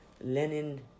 Lenin